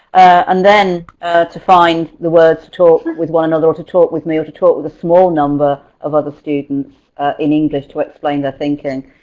and then to find the words to talk with one another or to talk with me or to talk with a small number of other students in english to explain their thinking.